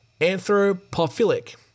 Anthropophilic